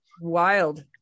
wild